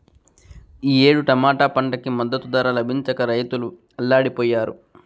ఈ ఏడు టమాటా పంటకి మద్దతు ధర లభించక రైతులు అల్లాడిపొయ్యారు